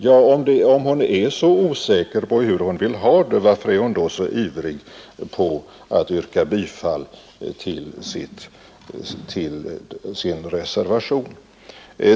Ja, men om hon är så osäker på hur hon vill ha det, varför är hon då så ivrig att yrka bifall till sin reservation?